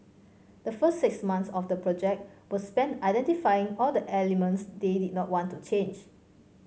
the first six months of the project were spent identifying all the elements they did not want to change